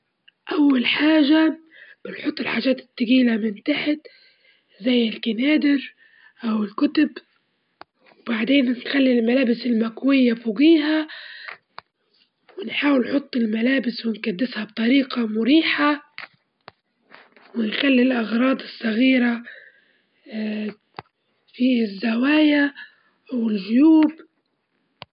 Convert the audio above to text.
أول حاجة ناخد شريحتين من الخبز ونحط فيهم جبن أو أي حشوة أني نحبها متل التونة واللحمة أو البطاطا المجلية أو حلاوة معجونة، نبي نجطعهم على الخبزة على حسب الرغبة وبناكل.